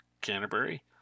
Canterbury